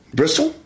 bristol